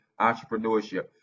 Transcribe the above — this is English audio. entrepreneurship